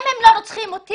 אם הם לא רוצחים אותי,